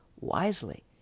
wisely